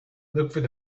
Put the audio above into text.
looking